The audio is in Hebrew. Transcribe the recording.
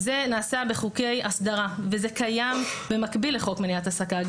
זה נעשה בחוקי הסדרה וזה קיים במקביל לחוק מניעת העסקה.